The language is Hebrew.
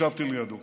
ישבתי לידו,